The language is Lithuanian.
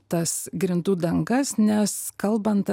tas grindų dangas nes kalbant